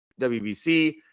WBC